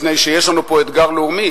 מפני שיש לנו פה אתגר לאומי,